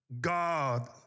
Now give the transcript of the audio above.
God